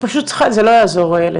כיוון שלא היה אף שיח בנושא.